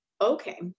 okay